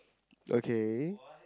okay